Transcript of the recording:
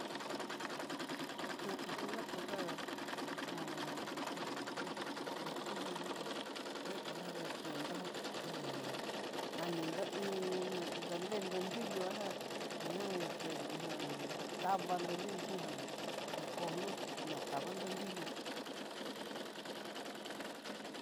Jakan ngunakú já jon hingió matillo dé, martillo dé ña oaxaca tindó ho kanindó iin dadendó yuyúnja ihá ná kué ihó jan tavanró nruyú já ná nakono ná tavanró nruyú xí.